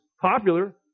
popular